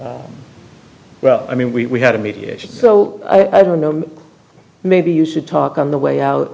well i mean we had a mediation so i don't know maybe you should talk on the way out